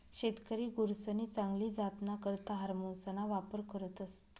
शेतकरी गुरसनी चांगली जातना करता हार्मोन्सना वापर करतस